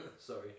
Sorry